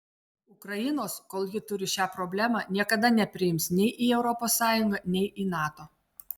ukrainos kol ji turi šią problemą niekada nepriims nei į europos sąjungą nei į nato